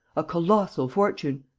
a colossal fortune.